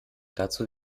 dazu